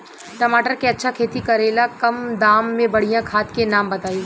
टमाटर के अच्छा खेती करेला कम दाम मे बढ़िया खाद के नाम बताई?